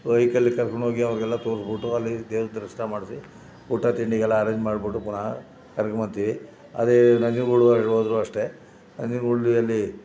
ವೆಹಿಕಲಿಗೆ ಕರ್ಕೊಂಡು ಹೋಗಿ ಅವರಿಗೆಲ್ಲ ತೋರಿಸ್ಬಿಟ್ಟು ಅಲ್ಲಿ ದೇವ್ರ ದರ್ಶನ ಮಾಡಿಸಿ ಊಟ ತಿಂಡಿಗೆಲ್ಲ ಅರೆಂಜ್ ಮಾಡಿಬಿಟ್ಟು ಪುನಃ ಕರ್ಕೊಂಡು ಬರ್ತಿವಿ ಅದೇ ನಂಜನ್ಗೂಡು ಹೋದ್ರೂ ಅಷ್ಟೇ ನಂಜನ್ಗೂಡಲ್ಲಿ ಅಲ್ಲಿ